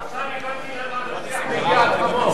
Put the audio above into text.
עכשיו הבנתי למה המשיח מגיע על חמור.